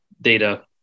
data